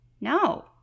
No